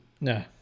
No